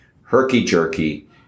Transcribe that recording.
herky-jerky